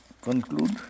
conclude